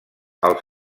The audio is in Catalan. els